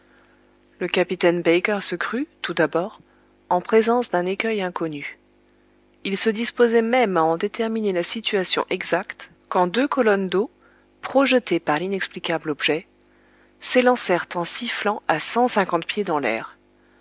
le capitaine baker se crut tout d'abord en présence d'un écueil inconnu il se disposait même à en déterminer la situation exacte quand deux colonnes d'eau projetées par l'inexplicable objet s'élancèrent en sifflant à cent cinquante pieds dans l'air